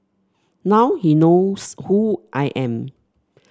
now he knows who I am